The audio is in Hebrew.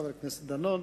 חבר הכנסת דנון.